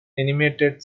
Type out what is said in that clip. animated